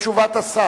לתשובת השר.